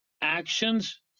actions